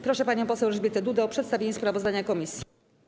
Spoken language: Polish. Proszę panią poseł Elżbietę Dudę o przedstawienie sprawozdania komisji.